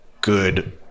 good